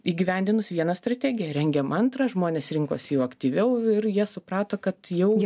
įgyvendinus vieną strategiją rengiam antrą žmonės rinkosi jau aktyviau ir jie suprato kad jau